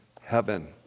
heaven